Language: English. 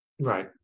Right